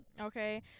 Okay